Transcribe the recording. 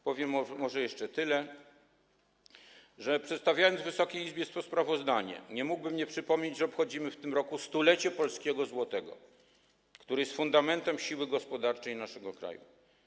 Powiem może jeszcze tyle, że przedstawiając Wysokiej Izbie to sprawozdanie, nie mógłbym nie przypomnieć, że obchodzimy w tym roku stulecie polskiego złotego, który jest fundamentem siły gospodarczej naszego kraju.